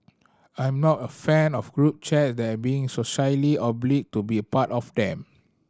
I'm not a fan of group chat and being socially obliged to be part of them